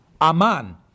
aman